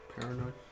paranoid